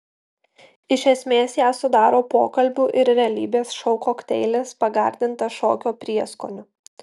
iš esmės ją sudaro pokalbių ir realybės šou kokteilis pagardintas šokio prieskoniu